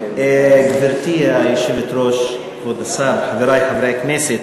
גברתי היושבת-ראש, כבוד השר, חברי חברי הכנסת,